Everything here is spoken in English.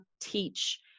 teach